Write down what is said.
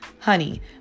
Honey